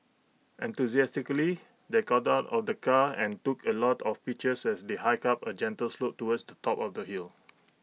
enthusiastically they got out of the car and took A lot of pictures as they hiked up A gentle slope towards the top of the hill